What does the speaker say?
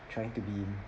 trying to be